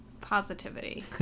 Positivity